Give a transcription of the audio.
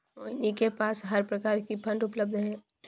मोहिनी के पास हर प्रकार की फ़ंड उपलब्ध है